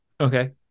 Okay